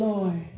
Lord